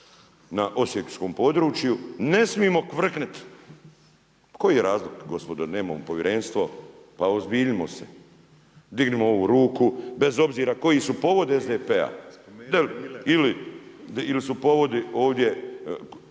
na osječkom području ne smijemo kvrkniti. Koji je razlog gospodo jer nemamo povjerenstvo? Pa uozbiljimo se. Dignimo ovu ruku bez obzira koji su povodi SDP-a. Ili su povodi ovdje